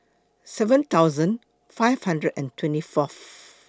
seven thousand five hundred and twenty Fourth